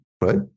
right